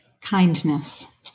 Kindness